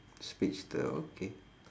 speedster okay